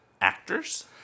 actors